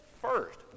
First